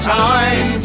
time